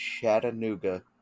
Chattanooga